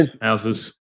houses